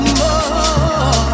more